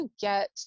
get